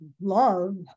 love